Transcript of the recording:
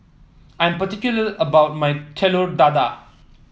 I am particular about my Telur Dadah